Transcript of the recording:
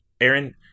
Aaron